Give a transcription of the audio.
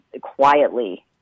quietly